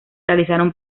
realizaron